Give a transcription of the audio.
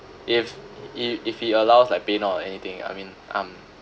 if if if he allows like paynow or anything I mean I'm